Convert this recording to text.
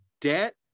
debt